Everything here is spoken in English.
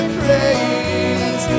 praise